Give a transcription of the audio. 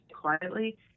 quietly